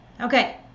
okay